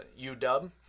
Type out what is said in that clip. UW